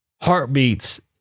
heartbeats